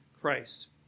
Christ